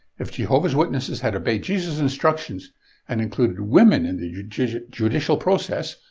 if jehovah's witnesses had obeyed jesus' instructions and included women in the judicial judicial process,